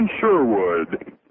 Sherwood